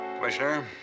Commissioner